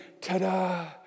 ta-da